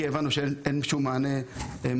כי הבנו שכרגע אין שום מענה אחר.